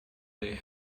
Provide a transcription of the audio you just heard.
they